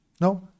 No